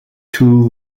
two